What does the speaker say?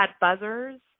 buzzers